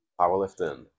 powerlifting